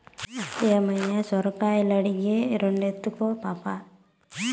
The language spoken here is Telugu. మేయవ్వ సొరకాయలడిగే, రెండెత్తుకో పాపా